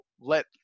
let